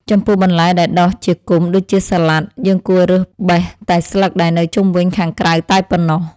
ចំពោះបន្លែដែលដុះជាគុម្ពដូចជាសាឡាត់ យើងគួររើសបេះតែស្លឹកដែលនៅជុំវិញខាងក្រៅតែប៉ុណ្ណោះ។